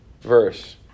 verse